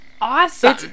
awesome